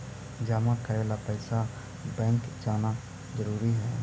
जमा करे ला पैसा बैंक जाना जरूरी है?